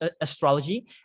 astrology